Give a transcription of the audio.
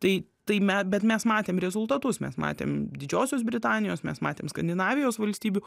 tai tai me bet mes matėm rezultatus mes matėm didžiosios britanijos mes matėm skandinavijos valstybių